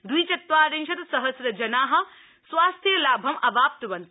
द्विचत्वारिंशत सहस्रजना स्वास्थ्यलाभम अवाप्तवन्त